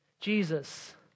Jesus